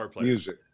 music